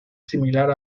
similar